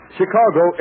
Chicago